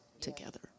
together